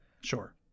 Sure